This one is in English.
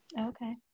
Okay